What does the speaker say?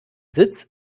sitz